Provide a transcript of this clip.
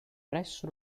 presso